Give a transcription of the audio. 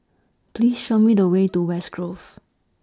Please Show Me The Way to West Grove